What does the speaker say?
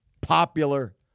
popular